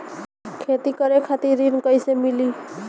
खेती करे खातिर ऋण कइसे मिली?